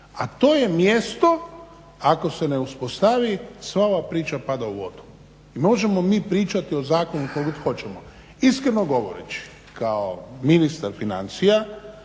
A to je mjesto ako se ne uspostavi sva ova priča pada u vodu i možemo mi pričati o zakonu koliko god hoćemo. Iskreno govoreći kao ministar financija